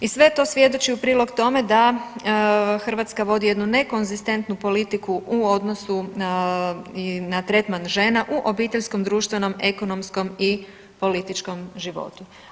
I sve to svjedoči u prilog tome da Hrvatska vodi jednu nekonzistentnu politiku u odnosu i na tretman žena u obiteljskom, društvenom, ekonomskom i političkom životu.